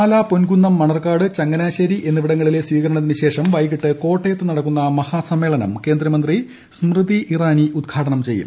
പാലാ പൊൻകുന്നം മണർകാട് ചങ്ങനാശേരി എന്നിവിടങ്ങളിലെ സ്വീകരണത്തിനു ശേഷം വൈകിട്ട് കോട്ടയത്ത് നടക്കുന്ന മഹാ സമ്മേളനം കേന്ദ്രമന്ത്രി സ്മൃതി ഇറാനി ഉദ്ഘാടനം ചെയ്യും